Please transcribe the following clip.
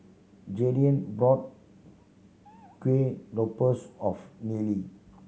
Jadyn brought Kuih Lopes of Nellie